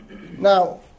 Now